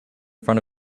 front